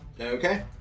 Okay